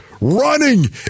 running